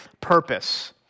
purpose